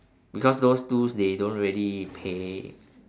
because those twos they don't really pay